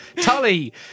Tully